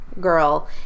girl